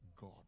God